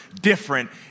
different